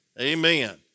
amen